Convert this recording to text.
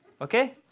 Okay